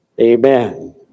Amen